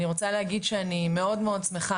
אני רוצה להגיד שאני מאוד שמחה